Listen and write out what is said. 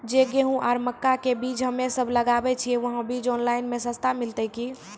जे गेहूँ आरु मक्का के बीज हमे सब लगावे छिये वहा बीज ऑनलाइन मे सस्ता मिलते की?